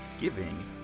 giving